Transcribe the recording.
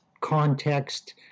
context